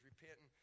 repenting